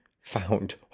found